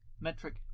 metric